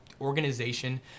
organization